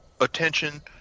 attention